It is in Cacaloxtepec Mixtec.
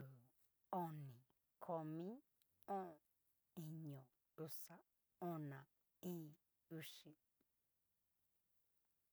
Iin, uu, oni, komi, o'on, iño, uxa, ona, íín, uxi.